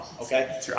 Okay